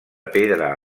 pedra